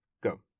Go